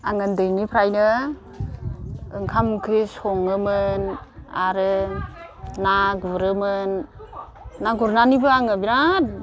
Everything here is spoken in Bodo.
आं उन्दैनिफ्रायनो ओंखाम ओंख्रि सङोमोन आरो ना गुरोमोन ना गुरनानैबो आङो बिराद